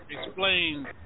Explain